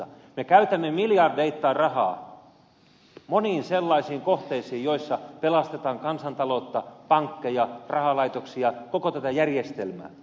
me käytämme miljardeittain rahaa moniin sellaisiin kohteisiin joissa pelastetaan kansantaloutta pankkeja rahalaitoksia koko tätä järjestelmää